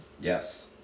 Yes